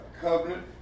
covenant